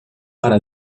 para